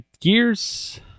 Gears